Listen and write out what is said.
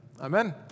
Amen